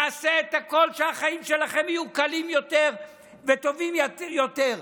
נעשה את הכול שהחיים שלכם יהיו קלים יותר וטובים יותר.